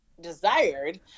desired